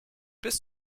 bis